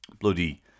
bloody